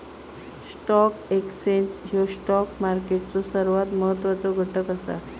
stock exchange ह्यो stock मार्केटचो सर्वात महत्वाचो घटक असा